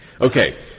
Okay